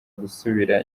gusubira